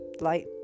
light